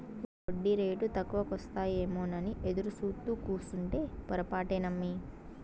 ఒడ్డీరేటు తక్కువకొస్తాయేమోనని ఎదురుసూత్తూ కూసుంటే పొరపాటే నమ్మి